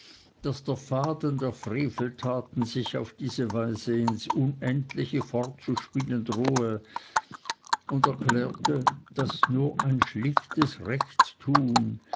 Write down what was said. daß der faden der freveltaten sich auf diese weise ins unendliche fortzuspinnen drohe und erklärte daß nur ein schlichtes